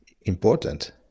important